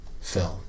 film